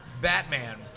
Batman